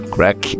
Crack